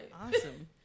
Awesome